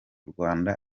rwanda